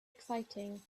exciting